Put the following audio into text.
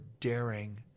daring